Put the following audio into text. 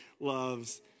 loves